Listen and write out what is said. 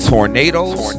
Tornadoes